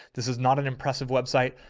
this is not an impressive website.